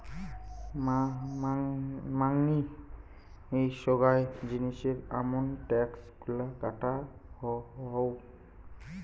মাঙনি সোগায় জিনিসের আমন ট্যাক্স গুলা কাটা হউ